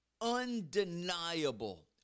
undeniable